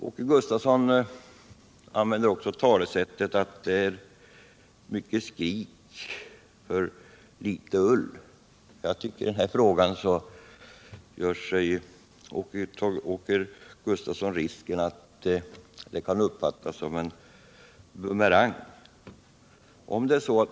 Åke Gustavsson använde talesättet ”mycket skrik för lite ull”. Det talesättet kan användas som en bumerang mot honom själv.